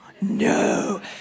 no